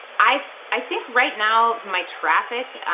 i i think right now my traffic,